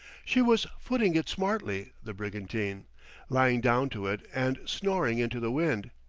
she was footing it smartly, the brigantine lying down to it and snoring into the wind.